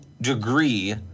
degree